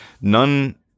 none